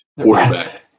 quarterback